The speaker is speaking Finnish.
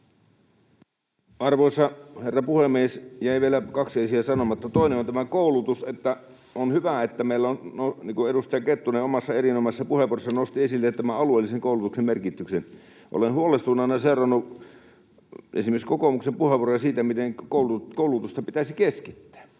Arvoisa herra puhemies! Jäi vielä kaksi asiaa sanomatta, ja toinen on tämä koulutus. Edustaja Kettunen omassa erinomaisessa puheenvuorossaan nosti esille tämän alueellisen koulutuksen merkityksen, ja olen huolestuneena seurannut esimerkiksi kokoomuksen puheenvuoroja siitä, miten koulutusta pitäisi keskittää.